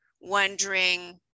wondering